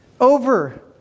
over